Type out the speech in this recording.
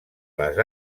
les